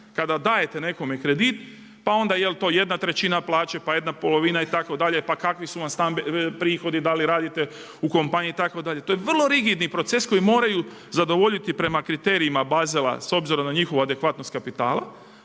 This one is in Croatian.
kada dajete nekome kredit pa onda jel to 1/3 plaće, pa 1/2, itd., pa kakvi su vam prihodi, da li radite u kompaniji itd., to je vrlo rigidni proces koji moraju zadovoljiti prema kriterijima Basela s obzirom na njihovu adekvatnost kapitala.